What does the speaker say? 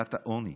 לשאלת העוני.